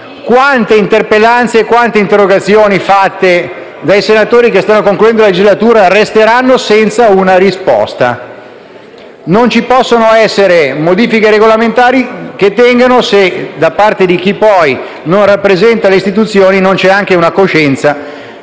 Quante interpellanze e quante interrogazioni fatte dai senatori che stanno concludendo la legislatura resteranno senza una risposta? Non possono esserci modifiche regolamentari che tengono se, da parte di chi rappresenta le istituzioni, non c'è poi anche coscienza